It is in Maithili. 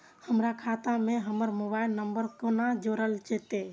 हमर खाता मे हमर मोबाइल नम्बर कोना जोरल जेतै?